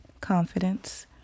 confidence